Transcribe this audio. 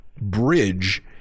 bridge